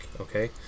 okay